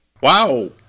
wow